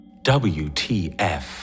WTF